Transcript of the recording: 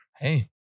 Hey